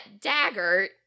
dagger